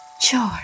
George